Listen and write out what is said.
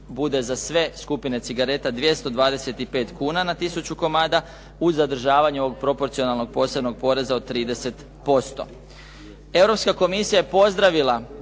bude za sve skupine cigareta 225 kuna na 1000 komada uz zadržavanje ovog proporcionalnog, posebnog poreza od 30%.